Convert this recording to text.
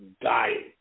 dying